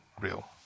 real